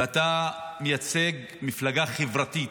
ואתה מייצג מפלגה חברתית,